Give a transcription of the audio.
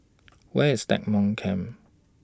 Where IS Stagmont Camp